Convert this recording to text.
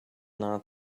not